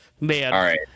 man